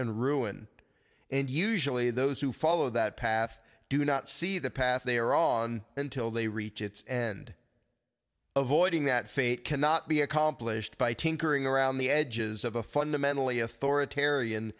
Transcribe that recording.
and ruin and usually those who follow that path do not see the path they are on until they reach its end avoiding that fate cannot be accomplished by tinkering around the edges of a fundamentally authoritarian